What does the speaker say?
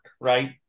right